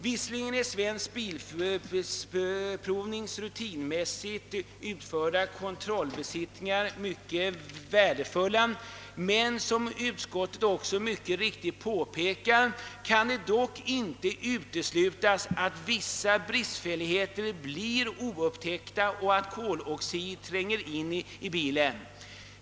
Visserligen är Svensk bilprovnings rutinmässigt utförda kontrollbesiktningar mycket värdefulla men, som utskottet också mycket riktigt påpekar, kan det »dock inte uteslutas» att vissa bristfälligheter blir oupptäckta och att koloxid tränger in i bilen.